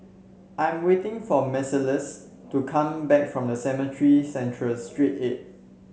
I'm waiting for Marcellus to come back from Cemetry Central Street eight